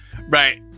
Right